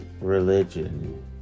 religion